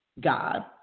God